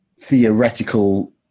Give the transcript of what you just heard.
theoretical